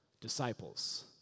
disciples